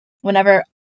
whenever